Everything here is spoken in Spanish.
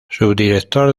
subdirector